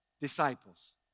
disciples